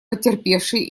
потерпевшие